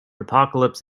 apocalypse